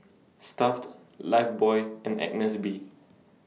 Stuff'd Lifebuoy and Agnes B